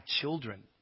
children